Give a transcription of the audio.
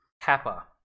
kappa